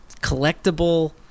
Collectible